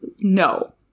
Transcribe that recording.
no